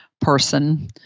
person